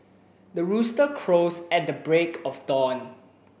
the rooster crows at the break of dawn